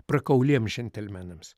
prakauliems džentelmenams